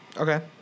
Okay